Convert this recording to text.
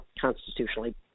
constitutionally